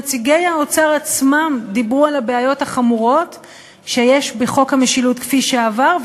נציגי האוצר עצמם דיברו על הבעיות שיש בחוק המשילות כפי שעבר,